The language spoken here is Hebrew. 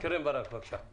חברת הכנסת קרן ברק, בבקשה.